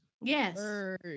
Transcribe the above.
Yes